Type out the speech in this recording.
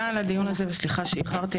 תודה על הדיון הזה וסליחה שאיחרתי.